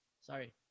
Sorry